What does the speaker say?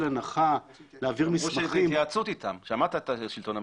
הנחה- -- או בהתייעצות אתם שמעת את השלטון המקומי.